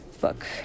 book